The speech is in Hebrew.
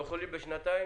אתם לא יכולים בשנתיים,